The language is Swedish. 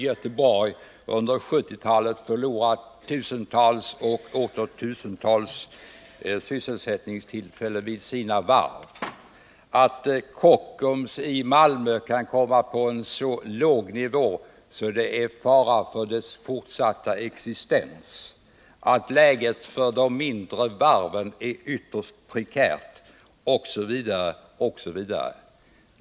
Göteborg under 1970-talet har förlorat tusentals och åter tusentals sysselsättningstillfällen vid sina varv, att Kockums i Malmö kan komma att hamna på så låg nivå att det är fara för dess fortsatta existens, att läget för de mindre varven kan bli ytterst prekärt, osv.